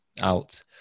out